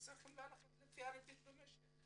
הם צריכים ללכת לפי הריבית הנהוגה במשק.